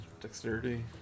Dexterity